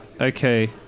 okay